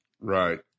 Right